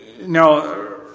now